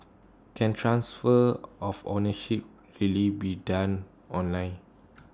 can transfer of ownership really be done online